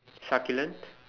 succulent